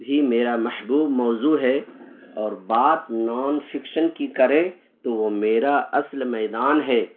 بھی میرا محبوب موضوع ہے اور بات نان فکشن کی کریں تو وہ میرا اصل میدان ہے